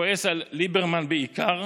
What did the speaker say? כועס בעיקר